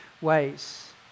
ways